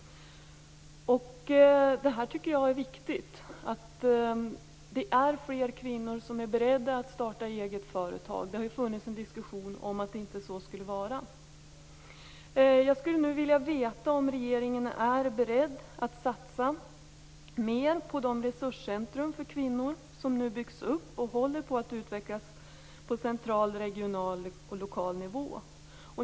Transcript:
Jag tycker att det är viktigt att fler kvinnor är beredda att starta eget företag. Det har funnits en diskussion om att det inte skulle vara så. Jag skulle vilja veta om regeringen är beredd att satsa mer på de resurscentrum för kvinnor som ny byggs upp och håller på att utvecklas på central, regional och lokal nivå.